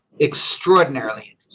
extraordinarily